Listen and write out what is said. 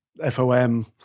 FOM